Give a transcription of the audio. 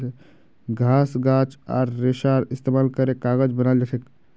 घास गाछ आर रेशार इस्तेमाल करे कागज बनाल जाछेक